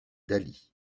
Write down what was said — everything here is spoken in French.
daly